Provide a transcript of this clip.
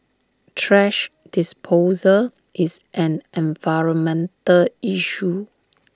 thrash disposal is an environmental issue